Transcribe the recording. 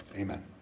amen